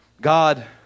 God